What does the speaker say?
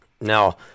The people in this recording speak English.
Now